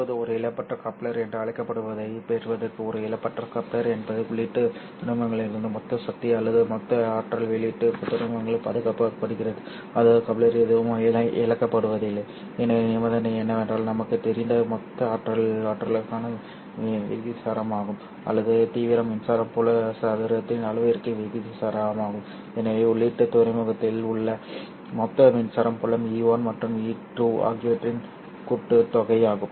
இப்போது ஒரு இழப்பற்ற கப்ளர் என்று அழைக்கப்படுவதைப் பெறுவதற்கு ஒரு இழப்பற்ற கப்ளர் என்பது உள்ளீட்டு துறைமுகங்களிலிருந்து மொத்த சக்தி அல்லது மொத்த ஆற்றல் வெளியீட்டு துறைமுகங்களில் பாதுகாக்கப்படுகிறது அதாவது கப்ளரில் எதுவும் இழக்கப்படுவதில்லை எனவே நிபந்தனை என்னவென்றால் நமக்குத் தெரிந்த மொத்த ஆற்றல் ஆற்றலுக்கான விகிதாசாரமாகும் அல்லது தீவிரம் மின்சார புல சதுரத்தின் அளவிற்கு விகிதாசாரமாகும் எனவே உள்ளீட்டு துறைமுகத்தில் உள்ள மொத்த மின்சார புலம் E1 மற்றும் E2 ஆகியவற்றின் கூட்டுத்தொகையாகும்